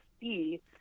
see